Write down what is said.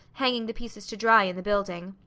hanging the pieces to dry in the building.